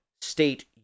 state